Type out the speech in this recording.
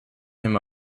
him